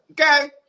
Okay